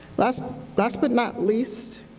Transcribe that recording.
last last but not least,